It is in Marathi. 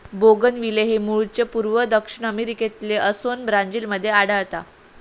बोगनविले हे मूळचे पूर्व दक्षिण अमेरिकेतले असोन ब्राझील मध्ये आढळता